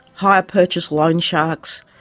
hire purchase loan sharks,